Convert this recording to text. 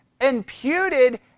imputed